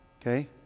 okay